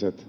paitsi